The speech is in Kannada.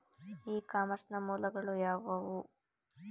ಇ ಕಾಮರ್ಸ್ ನ ಮೂಲಗಳು ಯಾವುವು?